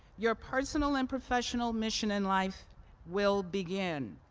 your personal and professional mission in life will begin.